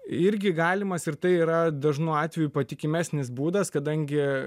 irgi galimas ir tai yra dažnu atveju patikimesnis būdas kadangi